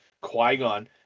Qui-Gon